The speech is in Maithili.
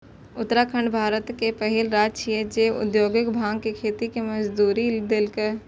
उत्तराखंड भारतक पहिल राज्य छियै, जे औद्योगिक भांग के खेती के मंजूरी देलकै